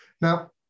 Now